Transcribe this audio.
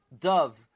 dove